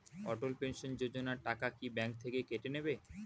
অটল pension Yojana টাকা কি bank থেকে কেটে নেবে?